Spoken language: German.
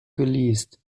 geleast